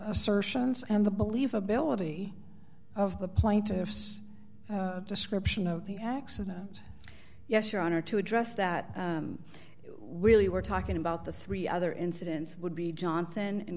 assertions and the believability of the plaintiff's description of the accident yes your honor to address that we really were talking about the three other incidents would be johnson and